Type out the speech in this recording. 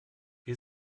wir